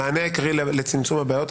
המענה העיקרי לצמצום הבעיות,